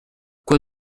quoi